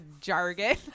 jargon